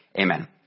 Amen